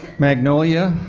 magnolia.